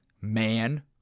Man